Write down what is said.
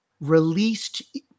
released